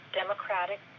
democratic